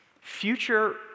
Future